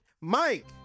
Mike